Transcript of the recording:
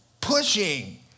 pushing